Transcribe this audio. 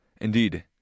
Indeed